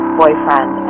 boyfriend